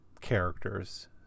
characters